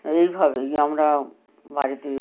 এইভাবেই আমরা বাড়িতে